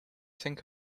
think